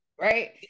right